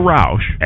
Roush